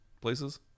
places